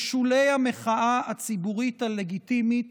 בשולי המחאה הציבורית הלגיטימית